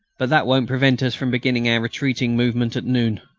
but that won't prevent us from beginning our retreating movement at noon.